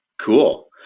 Cool